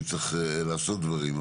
אם צריך לעשות דברים.